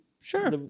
Sure